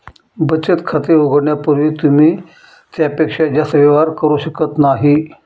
बचत खाते उघडण्यापूर्वी तुम्ही त्यापेक्षा जास्त व्यवहार करू शकत नाही